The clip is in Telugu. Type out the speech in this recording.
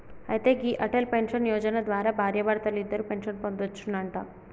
అయితే గీ అటల్ పెన్షన్ యోజన ద్వారా భార్యాభర్తలిద్దరూ పెన్షన్ పొందొచ్చునంట